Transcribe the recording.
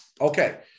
Okay